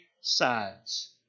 sides